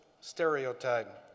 stereotype